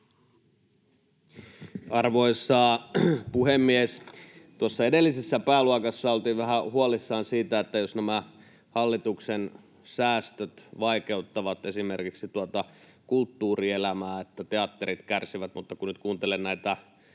Arvoisa puhemies! Tuossa edellisessä pääluokassa oltiin vähän huolissaan siitä, että nämä hallituksen säästöt vaikeuttavat esimerkiksi kulttuurielämää, että teatterit kärsivät. Mutta kun nyt kuuntelen näitä